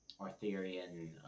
arthurian